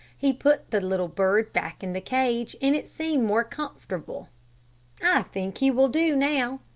he put the little bird back in the cage, and it seemed more comfortable i think he will do now,